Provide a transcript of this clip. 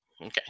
Okay